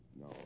No